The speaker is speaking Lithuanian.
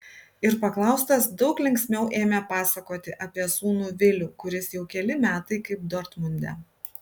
ir paklaustas daug linksmiau ėmė pasakoti apie sūnų vilių kuris jau keli metai kaip dortmunde